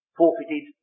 forfeited